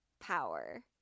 power